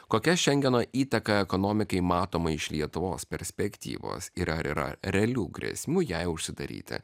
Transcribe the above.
kokia šengeno įtaka ekonomikai matoma iš lietuvos perspektyvos ir ar yra realių grėsmių jei užsidaryti